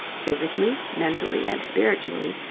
physically, mentally, and spiritually,